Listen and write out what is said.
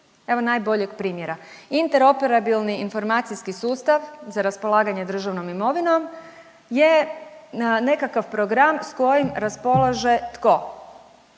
Evo najboljeg primjera. Interoperabilni informacijski sustav za raspolaganje državnom imovinom je nekakav program sa kojim raspolaže tko?